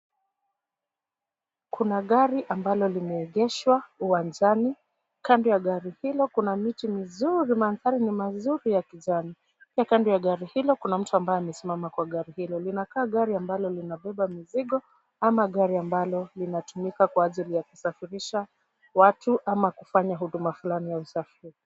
Kuna gari ambalo limeegeshwa uwanjani, kando ya gari hilo, kuna miti mizuri manthari ni mazuri ya kijani, pia kando ya gari hilo kuna mtu ambaye amesimama kwa gari hilo. Linakaa gari ambalo lina beba mizigo, ama gari ambalo linatumika kwa ajili ya kusafirisha watu ama kufanya huduma fulani ya usafiri.